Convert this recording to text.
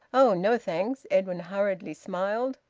oh no, thanks. edwin hurriedly smiled.